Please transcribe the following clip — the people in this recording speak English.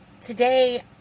today